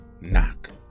knock